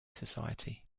society